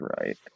right